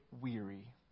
weary